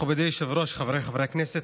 מכובדי היושב-ראש, חבריי חברי הכנסת,